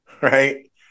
right